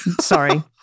Sorry